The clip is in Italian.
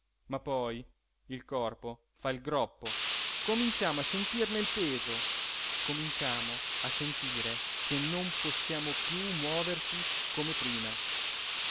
ma poi il corpo fa il groppo cominciamo a sentirne il peso cominciamo a sentire che non possiamo più muoverci come prima